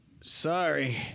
Sorry